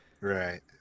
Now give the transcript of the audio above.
right